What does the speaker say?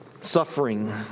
suffering